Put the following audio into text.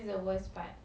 ya